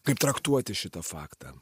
kaip traktuoti šitą faktą